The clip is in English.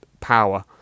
power